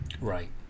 right